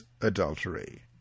adultery